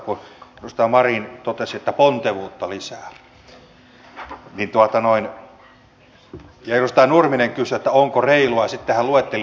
edustaja marin totesi että pontevuutta lisää ja edustaja nurminen kysyi onko reilua ja sitten hän luetteli nämä epäkohdat